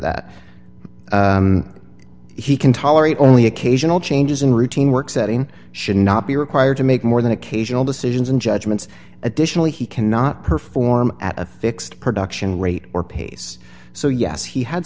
that he can tolerate only occasional changes in routine work setting should not be required to make more than occasional decisions and judgments additionally he cannot perform at a fixed production rate or pace so yes he had